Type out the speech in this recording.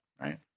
right